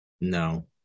No